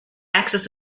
access